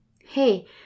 Hey